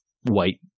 white